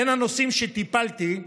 בין הנושאים שטיפלתי: